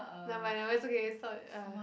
never mind never mind it's okay it's not !hais!